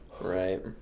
right